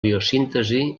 biosíntesi